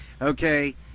Okay